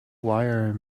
wire